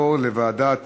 לוועדת